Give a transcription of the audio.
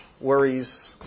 worries